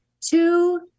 two